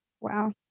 Wow